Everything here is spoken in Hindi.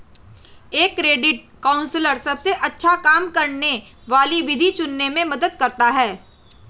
एक क्रेडिट काउंसलर सबसे अच्छा काम करने वाली विधि चुनने में मदद करता है